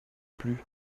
plus